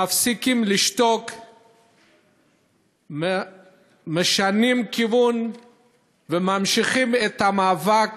מפסיקים לשתוק, משנים כיוון וממשיכים את המאבק